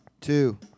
two